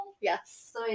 yes